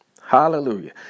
hallelujah